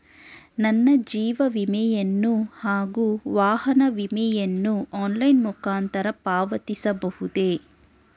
ನನ್ನ ಜೀವ ವಿಮೆಯನ್ನು ಹಾಗೂ ವಾಹನ ವಿಮೆಯನ್ನು ಆನ್ಲೈನ್ ಮುಖಾಂತರ ಪಾವತಿಸಬಹುದೇ?